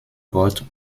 gott